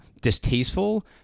distasteful